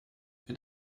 mit